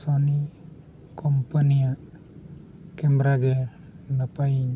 ᱥᱳᱱᱤ company ᱭᱟᱜ camera ᱜᱮ ᱱᱟᱯᱟᱭᱤᱧ